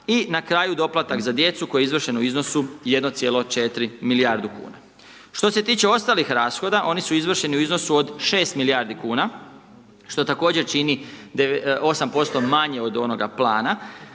i na kraju doplatak za djecu koji je izvršen u iznosu 1,4 milijarde kuna. Što se tiče ostalih rashoda oni su izvršeni u iznosu od 6 milijardi kuna što također čini 8% manje od onoga plana,